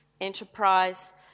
enterprise